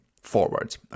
forward